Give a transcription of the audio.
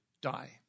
die